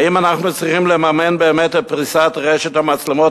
האם אנחנו צריכים לממן באמת את פריסת רשת מצלמות